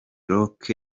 rock